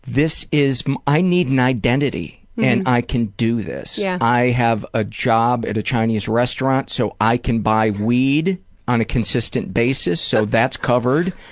this is i need an identity and i can do this. yeah. i have a job at a chinese restaurant so i can buy weed on a consistent basis, so that's covered,